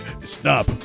Stop